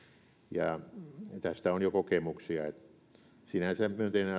ja tästä on jo kokemuksia sinänsä myönteinen